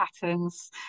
patterns